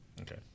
Okay